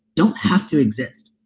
don't have to exist